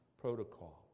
protocol